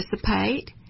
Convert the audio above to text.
participate